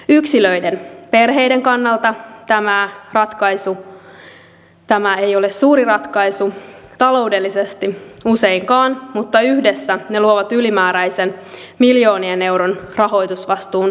yksilöiden perheiden kannalta tämä ei ole suuri ratkaisu taloudellisesti useinkaan mutta yhdessä ne luovat ylimääräisen miljoonien eurojen rahoitusvastuun kunnille